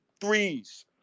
threes